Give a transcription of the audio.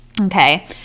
okay